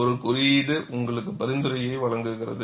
ஒரு குறியீடு உங்களுக்கு பரிந்துரையை வழங்குகிறது